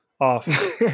off